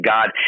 God